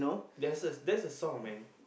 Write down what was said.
there's a that's a song man